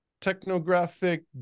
technographic